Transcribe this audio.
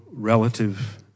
Relative